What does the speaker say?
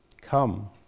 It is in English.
Come